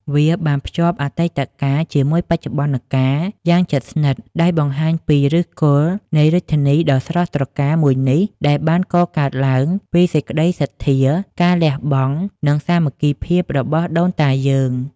វាបានភ្ជាប់ អតីតកាលជាមួយបច្ចុប្បន្នកាល យ៉ាងជិតស្និទ្ធ ដោយបង្ហាញពី ឫសគល់នៃរាជធានីដ៏ស្រស់ត្រកាលមួយនេះ ដែលបានកកើតឡើងពីសេចក្តីសទ្ធា ការលះបង់ និងសាមគ្គីភាពរបស់ដូនតាយើង។